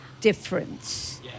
difference